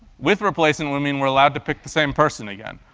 with replacing, we're i mean we're allowed to pick the same person again.